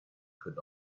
could